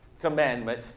commandment